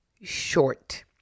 short